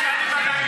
אני אוכיח לך.